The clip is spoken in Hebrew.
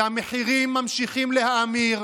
שהמחירים ממשיכים להאמיר,